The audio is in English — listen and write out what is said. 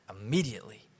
immediately